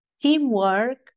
teamwork